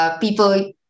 people